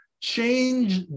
Change